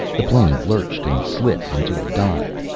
the plane lurched and slipped into a dive.